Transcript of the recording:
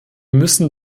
müssen